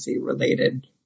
related